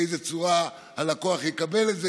באיזו צורה הלקוח יקבל את זה.